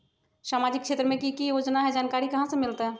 सामाजिक क्षेत्र मे कि की योजना है जानकारी कहाँ से मिलतै?